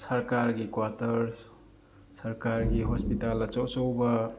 ꯁꯔꯀꯥꯔꯒꯤ ꯀ꯭ꯋꯥꯇꯔꯁ ꯁꯔꯀꯥꯔꯒꯤ ꯍꯣꯁꯄꯤꯇꯥꯜ ꯑꯆꯧ ꯑꯆꯧꯕ